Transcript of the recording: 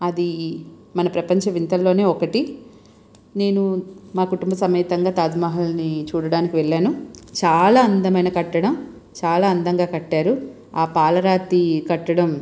అది మన ప్రపంచ వింతలలో ఒకటి నేను మా కుటుంబ సమేతంగా తాజ్ మహల్ని చూడడానికి వెళ్ళాను చాలా అందమైన కట్టడం చాలా అందంగా కట్టారు ఆ పాలరాతి కట్టడం